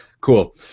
Cool